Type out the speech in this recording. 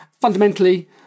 fundamentally